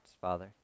Father